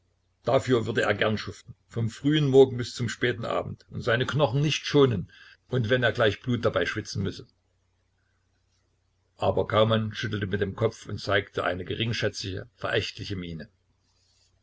dafür würde er gern schuften vom frühen morgen bis zum späten abend und seine knochen nicht schonen und wenn er gleich blut dabei schwitzen müsse aber kaumann schüttelte mit dem kopf und zeigte eine geringschätzige verächtliche miene